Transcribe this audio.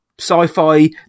sci-fi